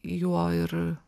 juo ir